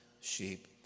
sheep